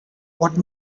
what